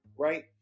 Right